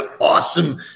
awesome